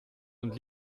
und